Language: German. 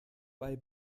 bei